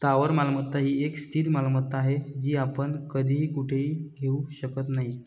स्थावर मालमत्ता ही एक स्थिर मालमत्ता आहे, जी आपण कधीही कुठेही घेऊ शकत नाही